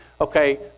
okay